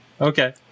Okay